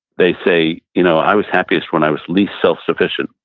they say, you know i was happiest when i was least self-sufficient,